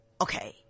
okay